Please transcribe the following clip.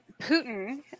Putin